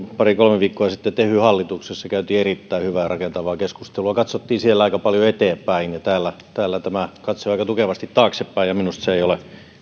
pari kolme viikkoa sitten tehyn hallituksessa ja kävimme erittäin hyvää ja rakentavaa keskustelua katsoimme siellä aika paljon eteenpäin ja täällä katsotaan aika tukevasti taaksepäin ja minusta se ei ole